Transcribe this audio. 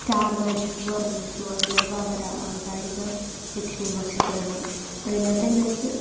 star മാജിക്കെന്നു പറഞ്ഞ show അതിന്റെയകത്ത് അവര് അവതാരക ലക്ഷ്മി നക്ഷത്രയാണ് അതിനകത്ത് എങ്ങനെയാണെന്നുവച്ചാല്